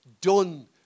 done